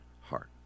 heart